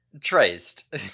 traced